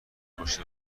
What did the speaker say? پشت